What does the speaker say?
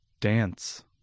Dance